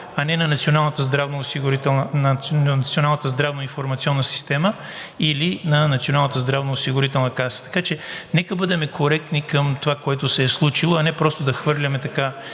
а не на Националната здравноинформационна система или на Националната здравноосигурителна каса. Така че нека бъдем коректни към това, което се е случило, а не просто да хвърляме